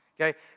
okay